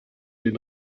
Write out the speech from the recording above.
den